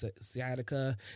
sciatica